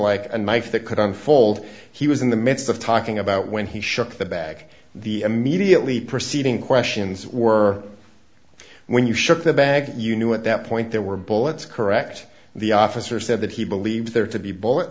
like a knife that could unfold he was in the midst of talking about when he shook the bag the immediately preceding questions were when you shook the bag you knew at that point there were bullets correct the officer said that he believes there to be b